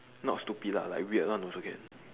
not stupid lah like weird one also can